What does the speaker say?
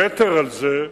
יתר על זה,